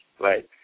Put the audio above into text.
right